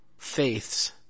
faiths